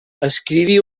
escriví